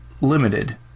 limited